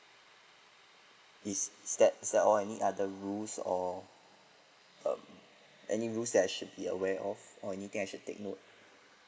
is is that all any other rules or um any rules that I should be aware of or anything I should take note